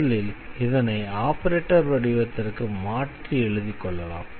முதலில் இதனை ஆபரேட்டர் வடிவத்திற்கு மாற்றி எழுதிக்கொள்ளலாம்